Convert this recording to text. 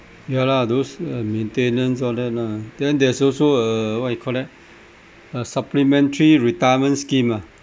ya lah those uh maintenance all that lah then there's also uh what you call that uh supplementary retirement scheme ah